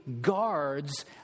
guards